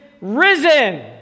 risen